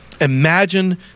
Imagine